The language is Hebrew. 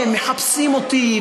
הם מחפשים אותי,